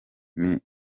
minaji